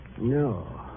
No